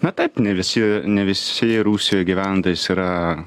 na taip ne visi ne visi rusijoj gyvenantys yra